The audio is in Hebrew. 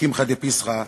"קמחא דפסחא",